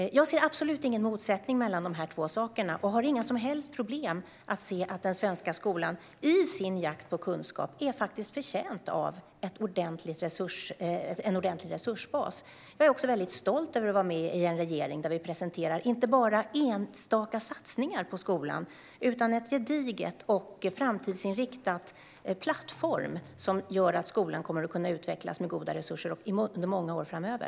Jag ser absolut ingen motsättning mellan de här två sakerna och har inga som helst problem att se att den svenska skolan i sin jakt på kunskap faktiskt är förtjänt av en ordentlig resursbas. Jag är också stolt över att vara med i en regering där vi presenterar inte bara enstaka satsningar på skolan utan en gedigen och framtidsinriktad plattform som gör att skolan kommer att kunna utvecklas med goda resurser under många år framöver.